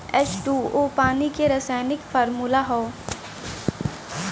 H two O पानी के रासायनिक फार्मूला हौ